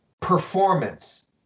performance